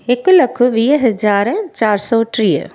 हिक लख वीह हज़ार चारि सौ टीह